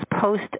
post